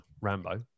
rambo